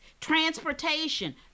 transportation